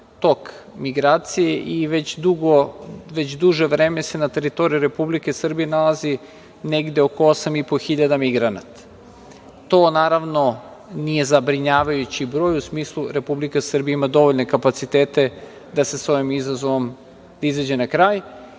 tok migracije i već duže vreme se na teritoriji Republike Srbije nalazi negde oko 8.500 migranata. To naravno nije zabrinjavajući broj u smislu Republika Srbija ima dovoljne kapacitete da sa ovim izazovom izađe na kraj